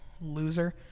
loser